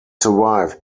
survived